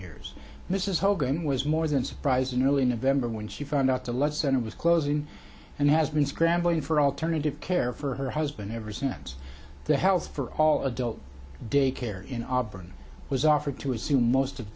years mrs hogan was more than surprised in early november when she found out to lessen it was closing and has been scrambling for alternative care for her husband ever since the health for all adult daycare in auburn was offered to assume most of